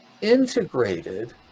integrated